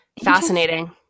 Fascinating